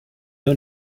own